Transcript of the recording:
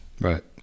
Right